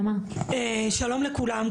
שלום לכולם.